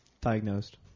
diagnosed